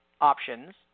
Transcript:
options